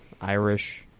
Irish